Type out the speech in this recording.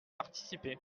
participer